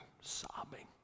sobbing